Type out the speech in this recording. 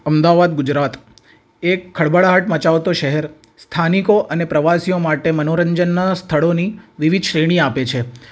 અમદાવાદ ગુજરાત એક ખડબડાહટ મચાવતું શહેર સ્થાનિકો અને પ્રવાસીઓ માટે મનોરંજનનાં સ્થળોની વિવિધ શ્રેણી આપે છે